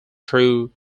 through